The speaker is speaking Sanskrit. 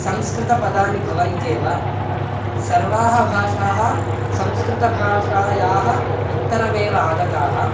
संस्कृतपदानि भवन्त्येव सर्वाः भाषाः संस्कृतभाषायाः उत्तरमेव आगताः